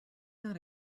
not